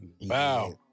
Wow